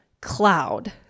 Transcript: cloud